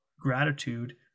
gratitude